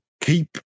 keep